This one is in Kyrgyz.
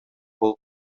болуп